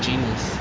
genie